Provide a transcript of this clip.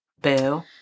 Boo